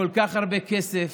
בכל כך הרבה כסף,